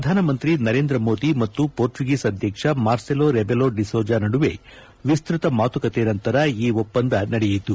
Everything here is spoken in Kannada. ಪ್ರಧಾನಮಂತ್ರಿ ನರೇಂದ್ರ ಮೋದಿ ಮತ್ತು ಪೋರ್ಚುಗೀಸ್ ಅಧ್ಯಕ್ಷ ಮಾರ್ಸೆಲೋ ರೆಬೆಲೋ ಡಿಸೋಜಾ ನಡುವೆ ವಿಸ್ತತ ಮಾತುಕತೆ ನಂತರ ಈ ಒಪ್ಪಂದ ನಡೆಯಿತು